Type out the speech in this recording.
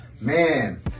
Man